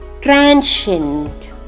Transient